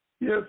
Yes